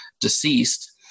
deceased